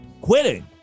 quitting